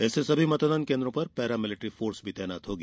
ऐसे सभी मतदान केन्द्रों पर पैरामिलेट्री फोर्स तैनात होगी